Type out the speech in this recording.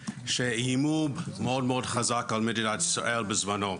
שאיימו מאוד מאוד חזק על מדינת ישראל בזמנו,